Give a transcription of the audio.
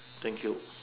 thank you